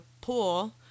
pool